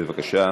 בבקשה.